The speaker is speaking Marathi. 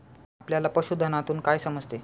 आपल्याला पशुधनातून काय समजते?